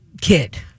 kid